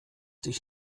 dich